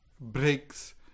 breaks